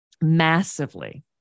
Massively